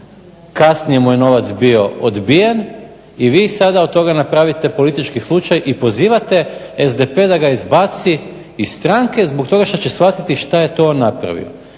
kasnije mu je novac bio odbijen i vi sada od toga napraviti politički slučaj i pozivate SDP da ga izbaci iz stranke zbog toga što će shvatiti što je on to napravio.